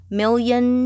million